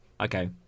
Okay